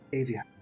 Avia